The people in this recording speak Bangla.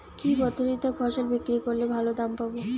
কি পদ্ধতিতে ফসল বিক্রি করলে ভালো দাম পাব?